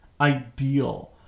ideal